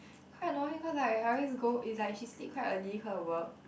quite annoying cause I I always go is like she sleep quite early cause of work